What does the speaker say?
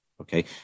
Okay